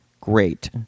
great